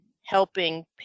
helping